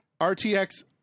rtx